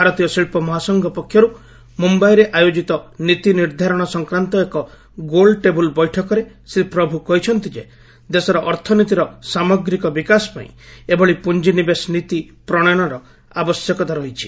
ଭାରତୀୟ ଶିଳ୍ପ ମହାସଂଘ ପକ୍ଷରୁ ମୁମ୍ଭାଇରେ ଆୟୋକିତ ନିତିନିର୍ଦ୍ଧାରଣ ସଂକ୍ରାନ୍ତ ଏକ ଗୋଲ୍ଟେବୁଲ୍ ବୈଠକରେ ଶ୍ରୀ ପ୍ରଭୁ କହିଛନ୍ତି ଯେ ଦେଶର ଅର୍ଥନୀତିର ସାମଗ୍ରିକ ବିକାଶ ପାଇଁ ଏଭଳି ପୁଞ୍ଜିନିବେଶ ନୀତି ପ୍ରଶୟନର ଆବଶ୍ୟକତା ରହିଛି